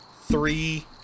three